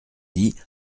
dit